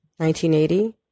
1980